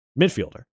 midfielder